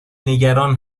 نگران